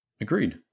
Agreed